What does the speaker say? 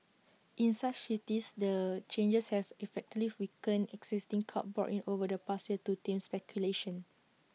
in such cities the changes have effectively weakened existing curbs brought in over the past year to tame speculation